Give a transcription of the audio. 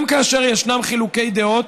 גם כאשר ישנם חילוקי דעות,